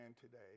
today